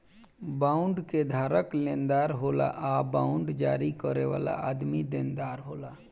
bond के धारक लेनदार होला आ बांड जारी करे वाला आदमी देनदार होला